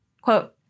Quote